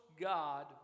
God